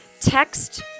text